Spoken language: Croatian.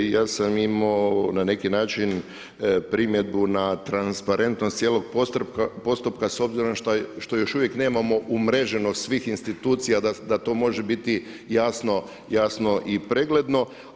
Ja sam imao na neki način primjedbu na transparentnost cijelog postupka s obzirom što još uvijek nemamo umreženost svih institucija da to može biti jasno i pregledno.